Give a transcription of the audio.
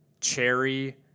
Cherry